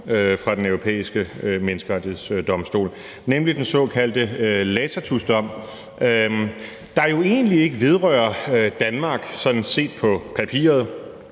fra Den Europæiske Menneskerettighedsdomstol, nemlig den såkaldte Lacatusdom, der jo egentlig ikke vedrører Danmark sådan set på papiret.